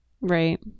Right